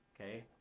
Okay